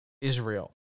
israel